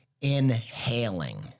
inhaling